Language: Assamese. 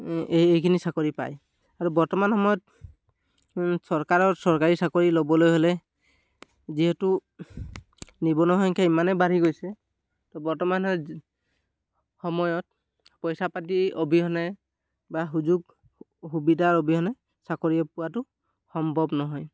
এই এইখিনি চাকৰি পায় আৰু বৰ্তমান সময়ত চৰকাৰৰ চৰকাৰী চাকৰি ল'বলৈ হ'লে যিহেতু নিবনুৱা সংখ্যা ইমানেই বাঢ়ি গৈছে তো বৰ্তমান সময়ত পইচা পাতি অবিহনে বা সুযোগ সুবিধাৰ অবিহনে চাকৰি পোৱাটো সম্ভৱ নহয়